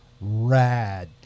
rad